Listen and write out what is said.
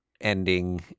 ending